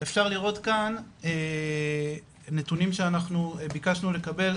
אפשר לראות כאן נתונים שאנחנו ביקשנו לקבל,